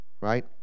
Right